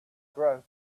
grow